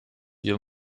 you